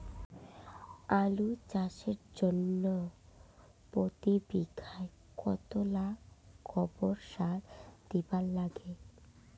আলু চাষের জইন্যে প্রতি বিঘায় কতোলা গোবর সার দিবার লাগে?